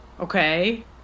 Okay